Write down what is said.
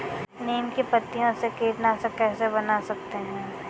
नीम की पत्तियों से कीटनाशक कैसे बना सकते हैं?